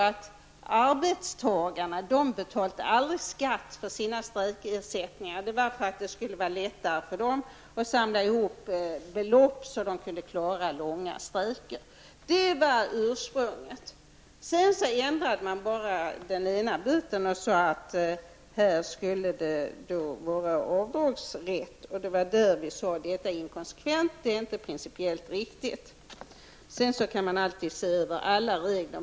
Arbetstagarna betalade aldrig skatt för sina strejkersättningar för att det skulle vara lättare för dem att samla ihop belopp så att de kunde klara långa strejker. Detta var den ursprungliga situationen. Sedan ändrade man bara den ena delen där det skulle finnas avdragsrätt. Detta menade vi var inkonsekvent och inte principiellt riktigt. Det går alltid att se över samtliga regler.